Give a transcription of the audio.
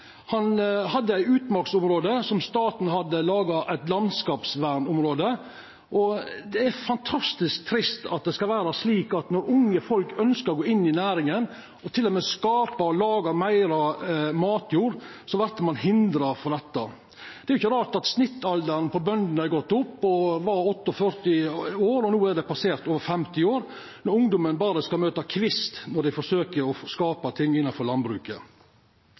Han hadde eit utmarksområde som staten hadde laga, eit landskapsvernområde. Det er fantastisk trist at det skal vera slik at når unge folk ønskjer å gå inn i næringa – og til og med skapa og laga meir matjord – vert ein hindra frå det. Det er jo ikkje rart at snittalderen på bøndene er gått opp – frå 48 til 50 år – når ungdommen berre skal møta kvist når dei forsøkjer å skapa ting innafor landbruket.